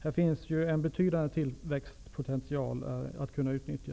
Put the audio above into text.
Här finns en betydande tillväxtpotential att utnyttja.